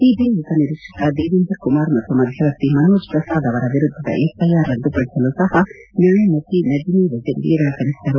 CBI ಉಪನಿರೀಕ್ಷಕ ದೇವೆಂದರ್ ಕುಮಾರ್ ಮತ್ತು ಮಧ್ಯವರ್ತಿ ಮನೋಜ್ ಪ್ರಸಾದ್ ಅವರ ವಿರುದ್ದದ ಎಫ್ಐಆರ್ ರದ್ದುಪಡಿಸಲು ಸಹ ನ್ನಾಯಮೂರ್ತಿ ನಜಿಮಿ ವಜಿರಿ ನಿರಾಕರಿಸಿದರು